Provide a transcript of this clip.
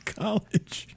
college